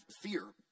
fear